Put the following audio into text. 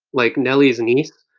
like nelly's niece,